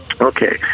okay